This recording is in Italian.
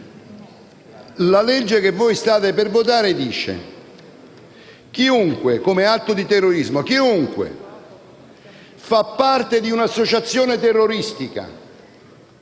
la legge che voi state per votare dice che chiunque, come atto di terrorismo, faccia parte di un'associazione terroristica,